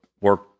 work